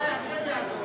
אולי השם יעזור.